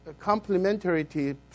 complementarity